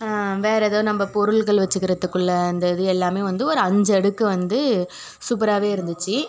வேறு எதாது நம்ம பொருட்கள் வச்சுக்கிறத்துக்குள்ள அந்த இது எல்லாமே வந்து ஒரு அஞ்சடுக்கு வந்து சூப்பராகவே இருந்துச்சு